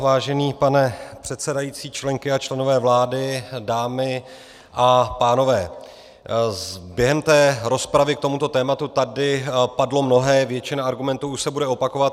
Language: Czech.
Vážený pane předsedající, členky a členové vlády, dámy a pánové, během rozpravy k tomuto tématu tady padlo mnohé, většina argumentů už se bude opakovat.